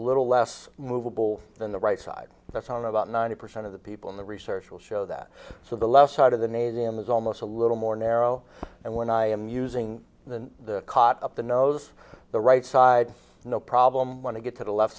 little less movable than the right side that's on about ninety percent of the people in the research will show that so the left side of the ne them is almost a little more narrow and when i am using the caught up the nose the right side no problem want to get to the left